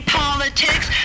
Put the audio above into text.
politics